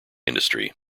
industry